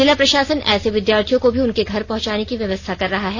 जिला प्रशासन ऐसे विद्यार्थियों को भी उनके घर पहुंचाने की व्यवस्था कर रहा है